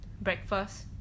breakfast